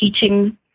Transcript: teaching